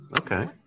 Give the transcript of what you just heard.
okay